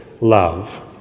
love